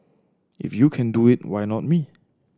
if you can do it why not me